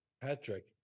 Patrick